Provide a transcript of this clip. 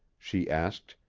she asked,